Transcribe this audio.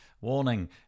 warning